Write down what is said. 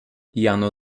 jano